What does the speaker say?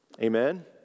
Amen